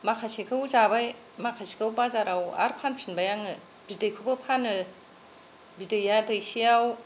माखासेखौ जाबाय माखासेखौ बाजाराव आरो फानफिनबाय आङो बिदैखौबो फानो बिदैया दैसेयाव